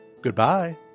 goodbye